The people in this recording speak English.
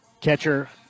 catcher